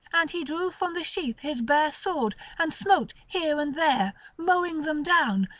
and he drew from the sheath his bare sword, and smote here and there, mowing them down,